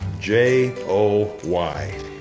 J-O-Y